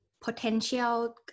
potential